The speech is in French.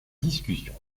discussion